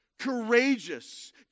Courageous